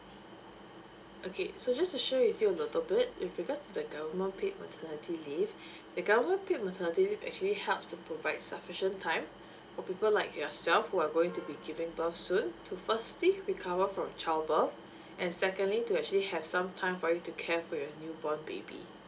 okay so just to share with you a little bit with regards to the government paid maternity leave the government paid maternity leave actually helps to provide sufficient time for people like yourself who are going to be giving birth soon to firstly we cover from child birth and secondly to actually have some time for you to care for your newborn baby